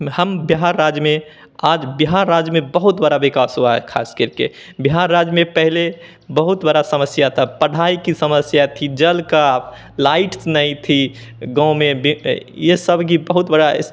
हम बिहार राज्य में आज बिहार राज्य में बहुत बड़ा विकास हुआ है ख़ास कर के बिहार राज्य में पहले बहुत बड़ी समस्या थी पढ़ाई की समस्या थी जल की लाइट्स नहीं थी गाँव में बे ये सब की बहुत बड़ी